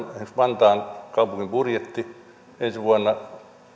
vantaan kaupungin budjetti ensi vuonna